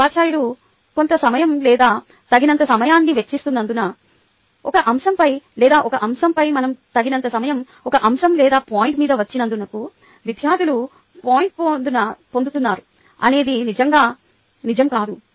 ఇప్పుడు ఉపాధ్యాయుడు కొంత సమయం లేదా తగినంత సమయాన్ని వెచ్చిస్తున్నందున ఒక అంశంపై లేదా ఒక అంశంపై మనం "తగినంత" సమయం ఒక అంశం లేదా పాయింట్ మీద వెచ్చినందుకు విద్యార్థులు పాయింట్ పొందుతారు అనేది నిజంగా నిజం కాదు